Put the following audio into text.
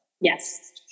Yes